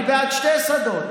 אני בעד שני שדות.